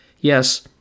Yes